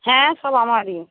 হ্যাঁ সব আমারই